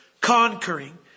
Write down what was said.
conquering